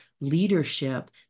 leadership